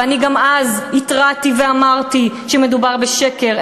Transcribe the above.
ואני גם אז התרעתי ואמרתי שמדובר בשקר,